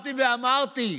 חזרתי ואמרתי: